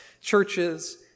churches